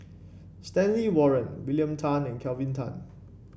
Stanley Warren William Tan and Kelvin Tan